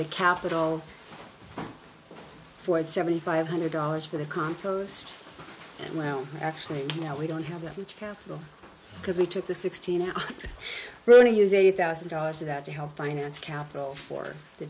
the capital ford seventy five hundred dollars for the compost and well actually you know we don't have that much capital because we took the sixteen hour road to use eight thousand dollars of that to help finance capital for the